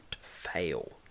fail